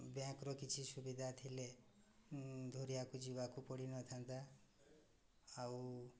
ବ୍ୟାଙ୍କ୍ର କିଛି ସୁବିଧା ଥିଲେ ଦୂରିଆକୁ ଯିବାକୁ ପଡ଼ିନଥାନ୍ତା ଆଉ